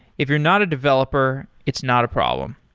if you're not a developer, it's not a problem.